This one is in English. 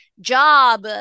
job